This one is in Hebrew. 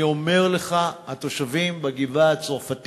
אני אומר לך, התושבים בגבעה-הצרפתית